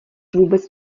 vůbec